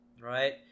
right